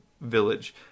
village